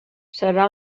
serà